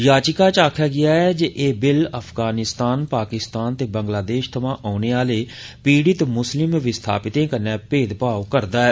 याचिका च आक्खेआ गेआ ऐ जे एह बिल अफगानिस्तान पाकिस्तान ते बंगलादेश थमां औने आले पीडित मुस्लिम विस्थापितें कन्नै भेदमाव करदा ऐ